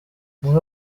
muri